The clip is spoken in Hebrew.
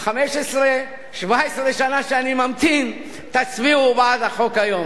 17 שנה שאני ממתין, תצביעו בעד החוק היום.